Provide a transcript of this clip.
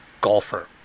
golfer